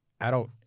adult